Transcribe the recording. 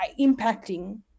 impacting